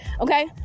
okay